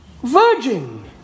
Virgin